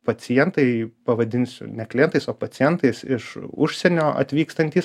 pacientai pavadinsiu ne klientais o pacientais iš užsienio atvykstantys